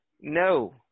No